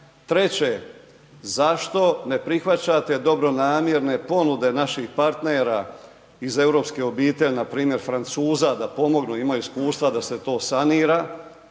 Treće, zašto ne prihvaćate dobronamjerne ponude naših partnera iz europske obitelji, npr. Francuza da pomognu, imaju iskustva da se to sanira,